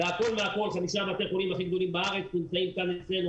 בתי חולים הכי גדולים בארץ נמצאים אצלנו,